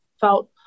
felt